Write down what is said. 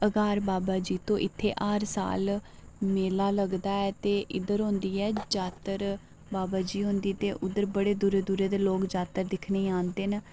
अघार बाबा जित्तो इत्थै हर साल इत्थेैमेला लगदा ऐ ते इद्धर होंदी ऐ जात्तर बाबा जी होंदी ते उद्धर बड़े दूरे दूरे दे लोग दिक्खने गी आंदे न